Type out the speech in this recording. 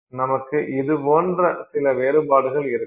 நமக்கு இது போன்ற சில வேறுபாடுகள் இருக்கும்